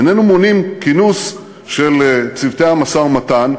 איננו מונעים כינוס של צוותי המשא-ומתן,